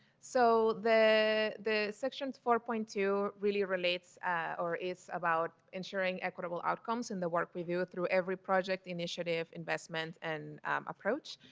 so the the sections four point two really relates or is about ensuring equitable out comes in the work we through through every project initiative, investment and approach.